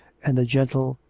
and the gen tle,